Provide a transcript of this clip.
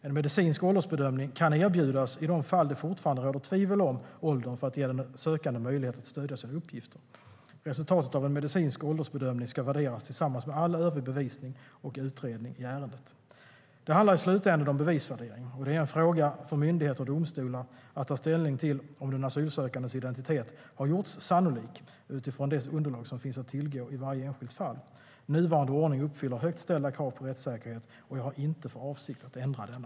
En medicinsk åldersbedömning kan erbjudas i de fall det fortfarande råder tvivel om åldern för att ge den sökande möjlighet att stödja sina uppgifter. Resultatet av en medicinsk åldersbedömning ska värderas tillsammans med all övrig bevisning och utredning i ärendet. Det handlar i slutändan om bevisvärdering, och det är en fråga för myndigheter och domstolar att ta ställning till om den asylsökandes identitet har gjorts sannolik utifrån det underlag som finns att tillgå i varje enskilt fall. Nuvarande ordning uppfyller högt ställda krav på rättssäkerhet, och jag har inte för avsikt att ändra denna.